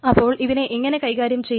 അപ്പോൾ ഇതിനെ എങ്ങനെ കൈകാര്യം ചെയ്യാം